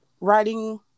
writing